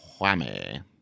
whammy